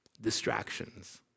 Distractions